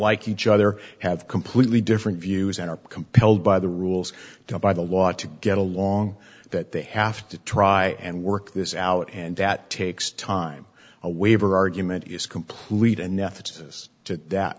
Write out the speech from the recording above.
like each other have completely different views and are compelled by the rules to by the law to get along that they have to try and work this out and that takes time a waiver argument is complete